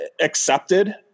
accepted